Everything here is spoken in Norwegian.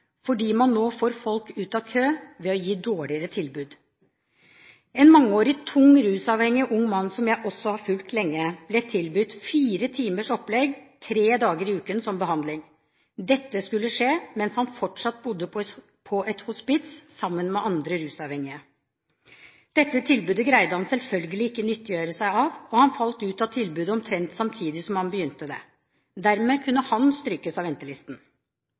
fordi man nå får folk ut av kø ved å gi dårligere tilbud. En mangeårig tungt rusavhengig ung mann, som jeg også har fulgt lenge, ble tilbudt fire timers opplegg tre dager i uken som behandling. Dette skulle skje mens han fortsatt bodde på et hospits sammen med andre rusavhengige. Dette tilbudet greide han selvfølgelig ikke å nyttiggjøre seg, og han falt ut av tilbudet omtrent samtidig som han begynte der. Dermed kunne han strykes av ventelisten.